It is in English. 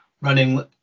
running